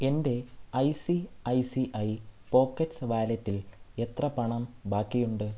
എൻ്റെ I C I C I pockets വാലറ്റിൽ എത്ര പണം ബാക്കിയുണ്ട്